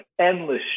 endless